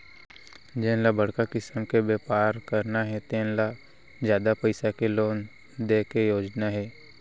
जेन ल बड़का किसम के बेपार करना हे तेन ल जादा पइसा के लोन दे के योजना हे